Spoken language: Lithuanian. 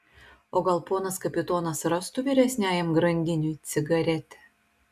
o gal ponas kapitonas rastų vyresniajam grandiniui cigaretę